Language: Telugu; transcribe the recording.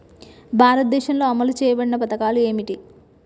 భారతదేశంలో అమలు చేయబడిన పథకాలు ఏమిటి?